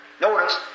notice